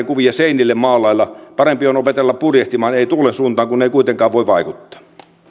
kuvia seinille maalailla parempi on opetella purjehtimaan tuulen suuntaan kun ei kuitenkaan voi vaikuttaa